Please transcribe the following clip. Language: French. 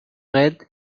raide